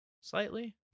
slightly